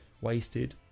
Wasted